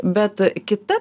bet kita